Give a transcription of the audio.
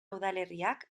udalerriak